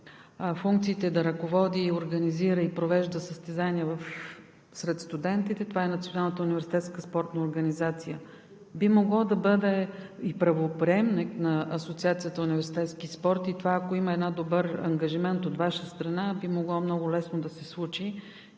функциите да ръководи, организира и провежда състезания сред студентите, е Националната университетска спортна организация. Би могла да бъде и правоприемник на Асоциацията за университетски спорт. Ако има един добър ангажимент от Ваша страна, това би могло много лесно да се случи,